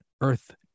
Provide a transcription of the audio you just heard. earth